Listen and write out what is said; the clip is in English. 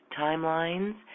timelines